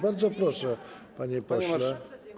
Bardzo proszę, panie pośle.